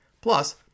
Plus